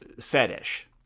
fetish